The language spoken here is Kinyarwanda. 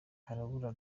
harabura